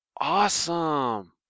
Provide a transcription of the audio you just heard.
Awesome